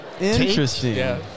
Interesting